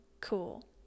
cool